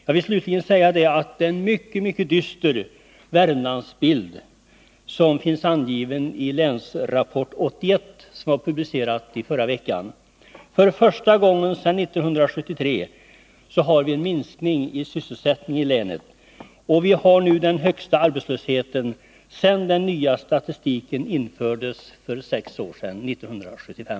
Jag vill slutligen säga att det är en mycket dyster Värmlandsbild som tecknas i Länsrapport 81, som publicerades förra veckan. För första gången sedan 1973 har vi en minskning av sysselsättningen i länet. Vi har den högsta arbetslösheten sedan den nya statistiken infördes för sex år sedan, 1975.